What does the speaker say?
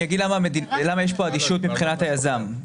אני אומר למה יש כאן אדישות מבחינת היזם.